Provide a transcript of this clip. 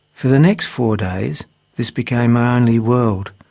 for the next four days this became my only world.